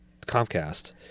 Comcast